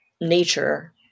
nature